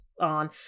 on